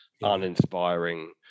uninspiring